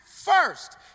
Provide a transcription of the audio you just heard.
first